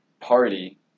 party